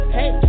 Hey